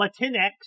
Latinx